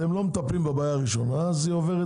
אתם לא מטפלים בבעיה הראשונה אז היא עוברת